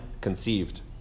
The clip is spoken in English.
conceived